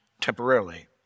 temporarily